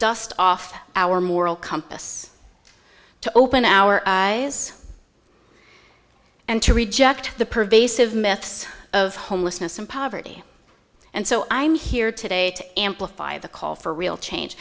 dust off our moral compass to open our eyes and to reject the pervasive myths of homelessness and poverty and so i'm here today to amplify the call for real change